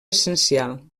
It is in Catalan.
essencial